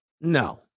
No